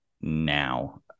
now